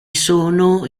sono